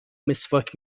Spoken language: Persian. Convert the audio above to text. مسواک